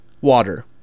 water